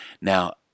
Now